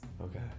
Okay